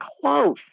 close